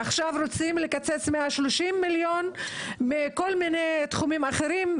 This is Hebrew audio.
עכשיו רוצים לקצץ כ-130 מיליון מכל מיני תחומים אחרים,